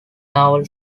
naval